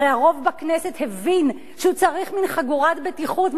הרי הרוב בכנסת הבין שהוא צריך מין חגורת בטיחות,